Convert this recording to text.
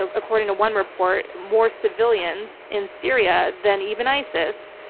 according to one report, more civilians in syria than even isis.